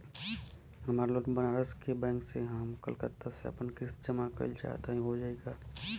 हमार लोन बनारस के बैंक से ह हम कलकत्ता से आपन किस्त जमा कइल चाहत हई हो जाई का?